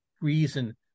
reason